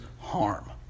harm